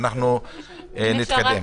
ואנחנו נתקדם.